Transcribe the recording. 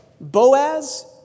Boaz